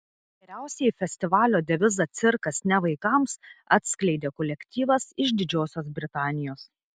geriausiai festivalio devizą cirkas ne vaikams atskleidė kolektyvas iš didžiosios britanijos